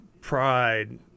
pride